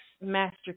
master